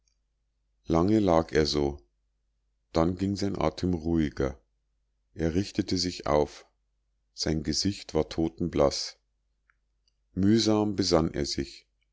lange lag er so dann ging sein atem ruhiger er richtete sich auf sein gesicht war totenblaß mühsam besann er sich